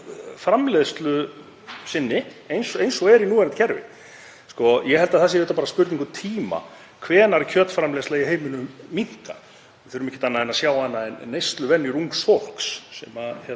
framleiðslu sinni eins og er í núverandi kerfi. Ég held að það sé bara spurning um tíma hvenær kjötframleiðsla í heiminum minnkar. Við þurfum ekki annað en að sjá neysluvenjur ungs fólks sem